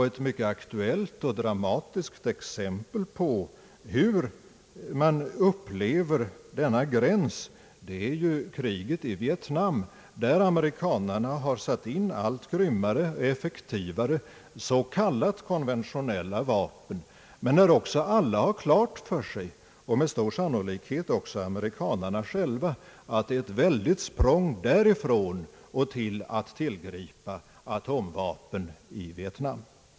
Ett mycket aktuelit och dramatiskt exempel på hur man upplever denna gräns är kriget i Vietnam där amerikanerna har satt in allt grymmare och effektivare s.k. konventionella vapen, men där också alla har klart för sig, och med stor sannolikhet också amerikanerna själva, att det är ett stort språng därifrån och till att tillgripa atomvapen i Vietnam.